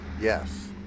Yes